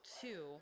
two